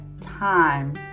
time